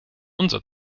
unser